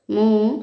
ମୁଁ